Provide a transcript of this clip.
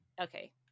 Okay